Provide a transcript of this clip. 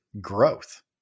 growth